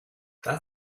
that